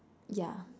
yeah